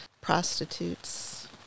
prostitutes